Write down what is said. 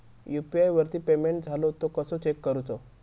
UPI वरती payment इलो तो कसो चेक करुचो?